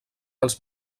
als